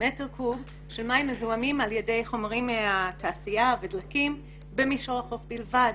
מטר קוב של מים מזוהמים על ידי חומרים מהתעשייה במישור החוף בלבד.